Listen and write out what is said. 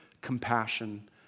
compassion